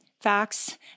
facts